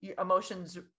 emotions